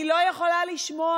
אני לא יכולה לשמוע.